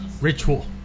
Ritual